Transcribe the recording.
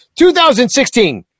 2016